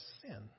sin